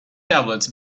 tablets